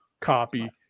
copy